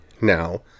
Now